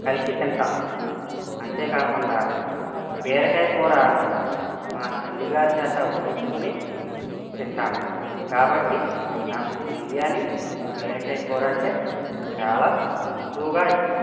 కలిసి తింటాం అంతేకాకుండా బీరకాయ కూర మా తల్లిగారి చేత వండించుకుని తింటాను కాబట్టి నాకు బిర్యానీ బీరకాయ కూర అంటే చాలా ఎక్కువగా ఇష్టం